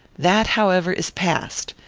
that, however, is past.